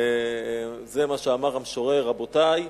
זה מה שאמר המשורר: רבותי,